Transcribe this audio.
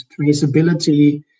traceability